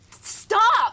Stop